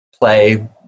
play